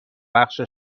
بخش